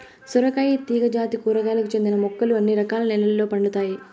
సొరకాయ తీగ జాతి కూరగాయలకు చెందిన మొక్కలు అన్ని రకాల నెలల్లో పండుతాయి